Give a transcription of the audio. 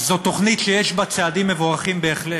זה תוכנית שיש בה צעדים מבורכים בהחלט.